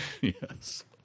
Yes